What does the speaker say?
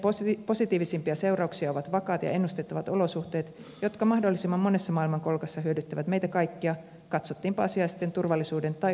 sen positiivisimpia seurauksia ovat vakaat ja ennustettavat olosuhteet jotka mahdollisimman monessa maailmankolkassa hyödyttävät meitä kaikkia katsottiinpa asiaa sitten turvallisuuden tai ulkomaankaupan näkökulmasta